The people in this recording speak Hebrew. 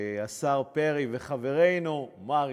השר פרי וחברנו מרגי,